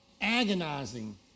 agonizing